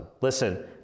Listen